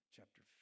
Chapter